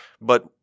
But-